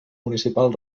municipal